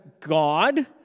God